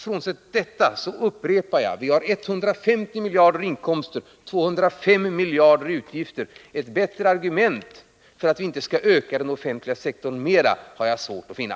Frånsett detta vill jag upprepa att vi har 150 miljarder kronor i inkomster och 205 miljarder kronor i utgifter. Ett bättre argument för att inte öka den offentliga sektorn mera har jag svårt att finna.